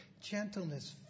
gentleness